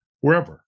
wherever